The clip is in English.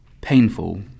painful